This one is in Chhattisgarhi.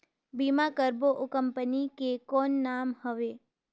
बीमा करबो ओ कंपनी के कौन नाम हवे?